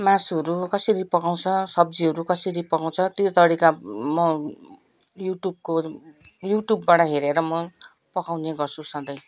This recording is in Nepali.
मासुहरू कसरी पकाउँछ सब्जीहरू कसरी पकाउँछ त्यो तरिका म युट्युबको युट्युबबाट हेरेर म पकाउने गर्छु सधैँ